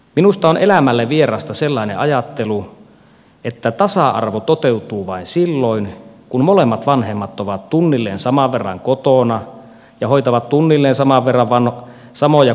minusta on elämälle vierasta sellainen ajattelu että tasa arvo toteutuu vain silloin kun molemmat vanhemmat ovat tunnilleen saman verran kotona ja hoitavat tunnilleen saman verran samoja kodin tehtäviä